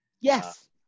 yes